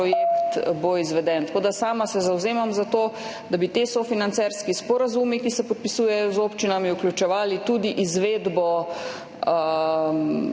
bo izveden. Tako da se sama zavzemam za to, da bi ti sofinancerski sporazumi, ki se podpisujejo z občinami, vključevali tudi izvedbo